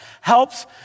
helps